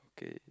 okay